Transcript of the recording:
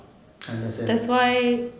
understand